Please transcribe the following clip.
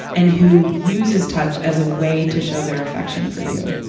and who uses touch as a way to show their affection for you.